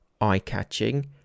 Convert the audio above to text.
eye-catching